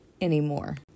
Anymore